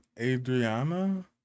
Adriana